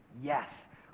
Yes